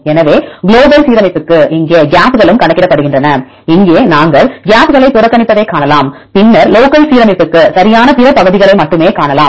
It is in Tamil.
எனவே குளோபல் சீரமைப்புக்கு இங்கே கேப்களும் கணக்கிடப்படுகின்றன இங்கே நாங்கள் கேப்களைப் புறக்கணிப்பதைக் காணலாம் பின்னர் லோக்கல்சீ ரமைப்புக்கு சரியான பிற பகுதிகளை மட்டுமே காணலாம்